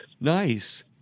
Nice